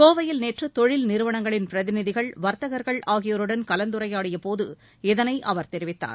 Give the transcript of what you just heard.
கோவையில் நேற்று தொழில் நிறுவனங்களின் பிரதிநிதிகள் வர்த்தகர்கள் ஆகியோருடன் கலந்துரையாடிய போது இதனை அவர் தெரிவித்தார்